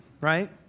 right